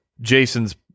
Jason's